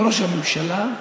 לראש הממשלה?